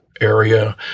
area